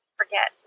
forget